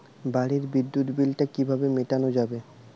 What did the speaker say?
বাড়ির বিদ্যুৎ বিল টা কিভাবে মেটানো যাবে?